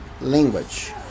language